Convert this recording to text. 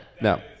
no